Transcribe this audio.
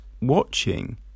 watching